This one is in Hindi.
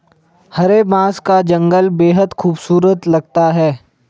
हरे बांस का जंगल बेहद खूबसूरत लगता है